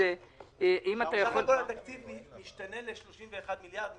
סך הכול התקציב ישתנה ל-31 מיליארד מ